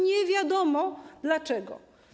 Nie wiadomo dlaczego.